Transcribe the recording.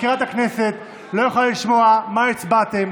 מזכירת הכנסת לא יכולה לשמוע מה הצבעתם.